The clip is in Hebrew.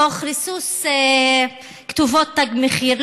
תוך ריסוס כתובות תג מחיר,